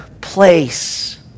place